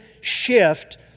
shift